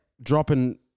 dropping